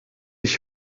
ich